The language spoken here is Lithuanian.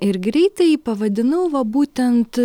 ir greitąjį pavadinau va būtent